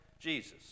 Jesus